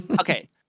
Okay